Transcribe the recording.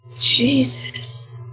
Jesus